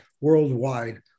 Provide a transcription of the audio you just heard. worldwide